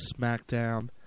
Smackdown